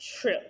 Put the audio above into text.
true